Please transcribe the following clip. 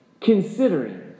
considering